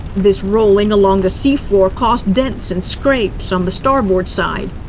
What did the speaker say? this rolling along the seafloor caused dents and scrapes on the starboard side.